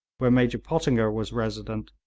where major pottinger was resident,